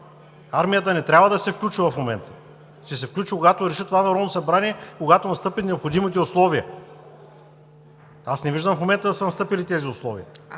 Армията не трябва да се включва в момента. Ще се включи, когато реши това Народно събрание, когато настъпят необходимите условия. Аз не виждам в момента да са настъпили тези условия.